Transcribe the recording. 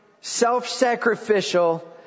self-sacrificial